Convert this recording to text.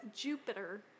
Jupiter